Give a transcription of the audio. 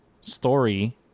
story